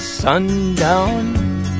Sundown